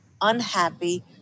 unhappy